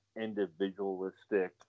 individualistic